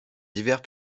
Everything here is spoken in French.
divers